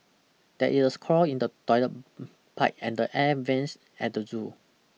there is a clog in the toilet pipe and air vents at the zoo